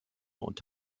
und